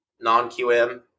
non-QM